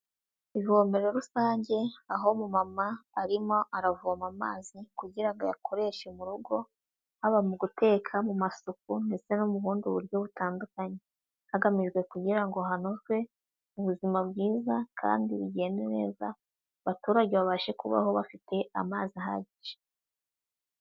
Ivomero rusange aho mama arimo aravoma amazi kugira ngo ayakoreshe mu rugo, haba mu guteka, mu masuku, ndetse no mu bundi buryo butandukanye, hagamijwe kugira ngo hanozwe ubuzima bwiza kandi bigende neza abaturage babashe kubaho bafite amazi ahagije.